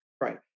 Right